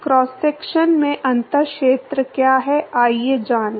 cross section में अंतर क्षेत्र क्या है आइए जानें